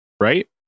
Right